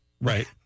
Right